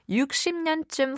60년쯤